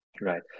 Right